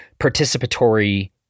participatory